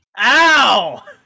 Ow